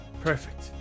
Perfect